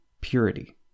Purity